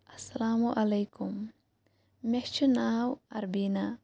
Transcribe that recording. اسلامُ علیکُم مےٚ چھُ ناو اربیٖنا